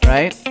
Right